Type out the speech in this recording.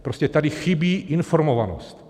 Prostě tady chybí informovanost.